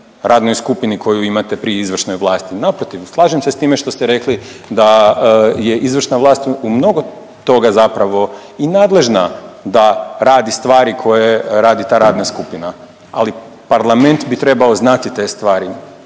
radnoj skupili koju imate pri izvršnoj vlasti, naprotiv, slažem se s time što ste rekli da je izvršna vlast u mnogo toga zapravo i nadležna da radi stvari koje radi ta radna skupina, ali parlament bi trebao znati te stvari.